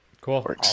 Cool